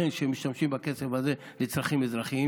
שהם אכן משתמשים בכסף הזה לצרכים אזרחיים